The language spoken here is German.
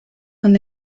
und